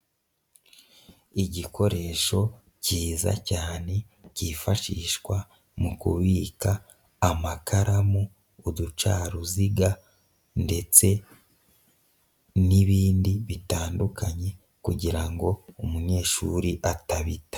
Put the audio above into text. Igikoresho kiza cyane kifashishwa mu kubika amakaramu, uducaruziga ndetse n'ibindi bitandukanye kugira ngo umunyeshuri atabita.